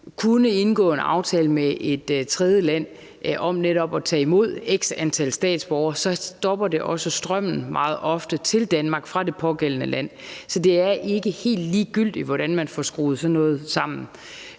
kunne indgå en aftale med et tredjeland om netop at tage imod x antal statsborgere, så stopper det også meget ofte strømmen til Danmark fra det pågældende land. Så det er ikke helt ligegyldigt, hvordan man får skruet sådan noget sammen.